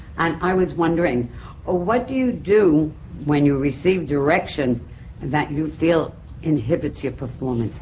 and i was wondering ah what do you do when you receive direction that you feel inhibits your performance?